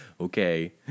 okay